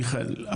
מיכאל,